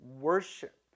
Worship